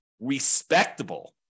respectable